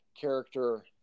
character